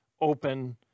open